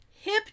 Hip